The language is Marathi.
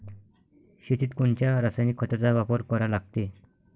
शेतीत कोनच्या रासायनिक खताचा वापर करा लागते?